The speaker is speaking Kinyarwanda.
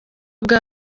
bwa